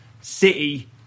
City